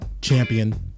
Champion